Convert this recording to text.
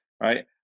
Right